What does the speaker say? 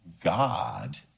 God